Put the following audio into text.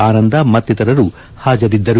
ಆನಂದ ಮತ್ತಿತರರು ಹಾಜರಿದ್ದರು